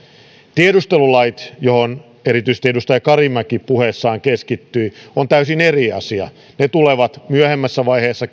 tiedustelulait joihin erityisesti edustaja karimäki puheessaan keskittyi ovat täysin eri asia ne tulevat myöhemmässä vaiheessa